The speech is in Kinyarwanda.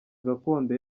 gakondo